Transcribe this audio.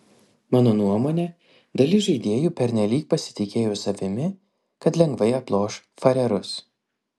mano nuomone dalis žaidėjų pernelyg pasitikėjo savimi kad lengvai aploš farerus